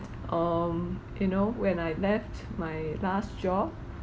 um you know when I left my last job